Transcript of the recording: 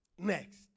Next